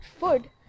food